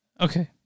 Okay